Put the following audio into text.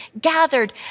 gathered